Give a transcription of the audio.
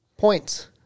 Points